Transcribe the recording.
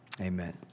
Amen